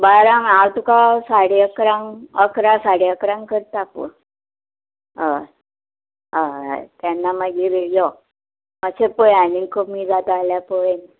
बारांक हांव तुका साडे अकरांक अकरा साडे अकरांक करता फोन हय हय हय तेन्ना मागीर यो मातशें पळय आनी कमी जाता जाल्यार पळय